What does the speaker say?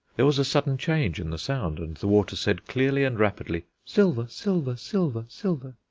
there was a sudden change in the sound, and the water said clearly and rapidly, silver silver silver silver.